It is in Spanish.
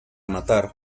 matar